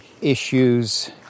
issues